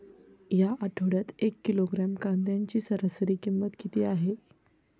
या आठवड्यात एक किलोग्रॅम कांद्याची सरासरी किंमत किती आहे?